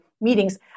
meetings